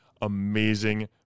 amazing